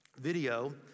video